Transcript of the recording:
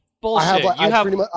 Bullshit